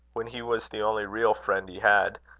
when he was the only real friend he had,